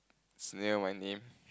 it's near my name